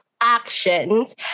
actions